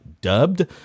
dubbed